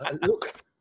Look